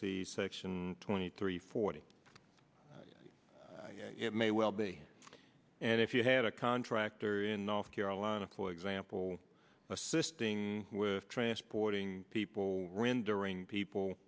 c section twenty three forty may well be and if you had a contractor in north carolina for example assisting with transporting people when during people